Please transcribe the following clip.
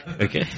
okay